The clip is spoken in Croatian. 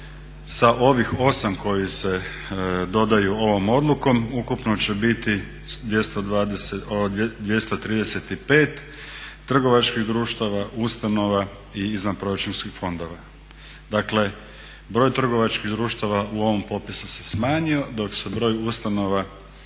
sa ovih 8 koji se dodaju ovom odlukom ukupno će biti 235 trgovačkih društava, ustanova i izvanproračunskih fondova. Dakle, broj trgovačkih društava u ovom popisu se smanjio dok se broj ustanova